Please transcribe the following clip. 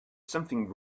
something